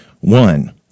One